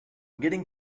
getting